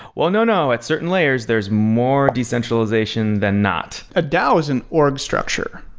well, no, no. at certain layers, there's more decentralization than not. a dao is an org structure,